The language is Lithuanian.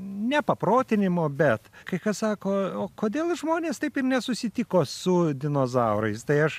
nepaprotinimo bet kai kas sako o kodėl žmonės taip ir nesusitiko su dinozaurais tai aš